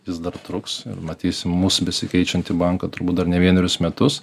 jis dar truks ir matysim mūsų besikeičiantį banką turbūt dar ne vienerius metus